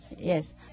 Yes